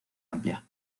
amplia